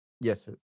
Yes